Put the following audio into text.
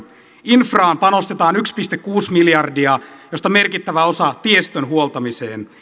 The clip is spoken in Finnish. infraan panostetaan yksi pilkku kuusi miljardia josta merkittävä osa tiestön huoltamiseen